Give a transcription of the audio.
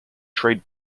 trade